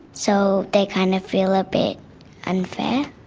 so they kind of feel a bit unfair.